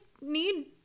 need